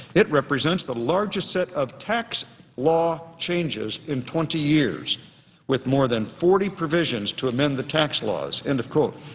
it represents the largest set of tax law changes in twenty years with more than forty provisions to amend the tax laws. end of quote.